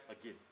again